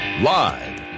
Live